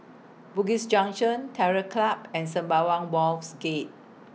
Bugis Junction Terror Club and Sembawang Wharves Gate